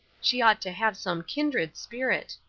she ought to have some kindred spirit.